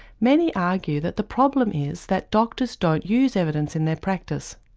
many argue that the problem is that doctors don't use evidence in their practice.